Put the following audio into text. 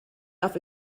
darf